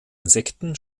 insekten